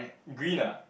green ah